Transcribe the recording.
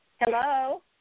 Hello